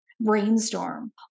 Brainstorm